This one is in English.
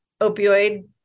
opioid